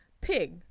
pig